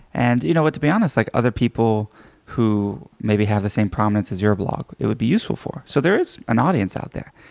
and you know but to be honest, like other people who maybe have the same prominence as your blog, it would be useful for. so there is an audience out there.